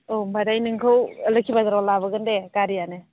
औ होनबाथाय नोंखौ लोक्षी बाजाराव लाबोगोन दे गारियानो